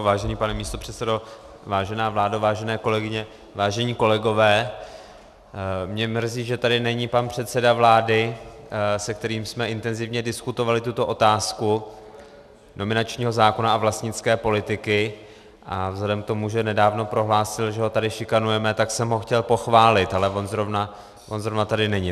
Vážený pane místopředsedo, vážená vládo, vážené kolegyně, vážení kolegové, mě mrzí, že tady není pan předseda vlády, se kterým jsme intenzivně diskutovali tuto otázku nominačního zákona a vlastnické politiky a vzhledem k tomu, že nedávno prohlásil, že ho tady šikanujeme, tak jsem ho chtěl pochválit, ale on zrovna tady není.